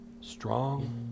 Strong